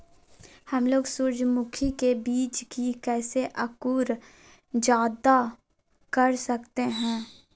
हमलोग सूरजमुखी के बिज की कैसे अंकुर जायदा कर सकते हैं?